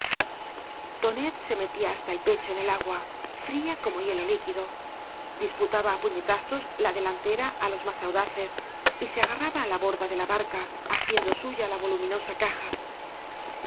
se metía hasta el pecho en el agua fría como hielo líquido disputaba á puñetazos la delantera á los más audaces y se agarraba á la borda de la barca haciendo suya la voluminosa caja